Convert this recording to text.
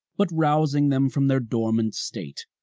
but rousing them from their dormant state.